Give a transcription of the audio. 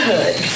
Hood